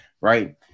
right